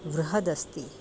बृहदस्ति